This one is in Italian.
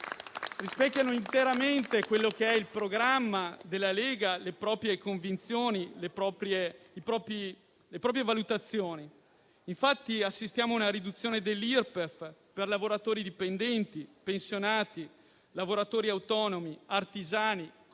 rispecchiano interamente il programma della Lega, le sue convinzioni e le sue valutazioni. Assistiamo ad una riduzione dell'Irpef per lavoratori dipendenti, pensionati, lavoratori autonomi, artigiani,